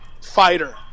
fighter